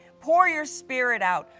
pour your spirit out,